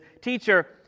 teacher